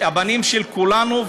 הבנים של כולנו,